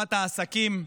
לטובת העסקים,